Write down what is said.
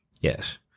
Yes